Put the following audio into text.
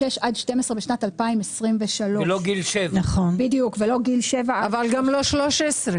לא מעבר לכך.